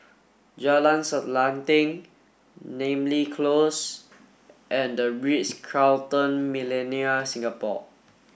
Jalan Selanting Namly Close and The Ritz Carlton Millenia Singapore